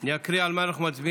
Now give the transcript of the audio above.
אני אקריא על מה אנחנו מצביעים,